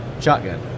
shotgun